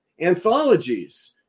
anthologies